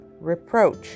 reproach